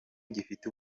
gifite